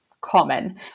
common